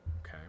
Okay